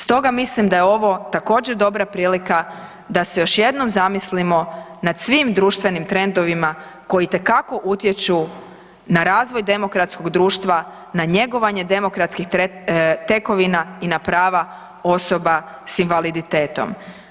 Stoga mislim da je ovo također dobra prilika da se još jednom zamislimo nad svim društvenim trendovima koji itekako utječu na razvoj demokratskog društva, na njegovanje demokratskih tekovina i na prava osoba sa invaliditetom.